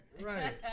Right